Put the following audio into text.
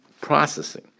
processing